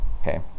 okay